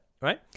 right